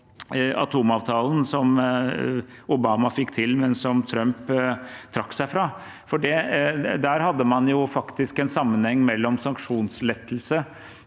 atomavtalen som Obama fikk til, men som Trump trakk seg fra. Der hadde man faktisk en sammenheng mellom sanksjonslettelse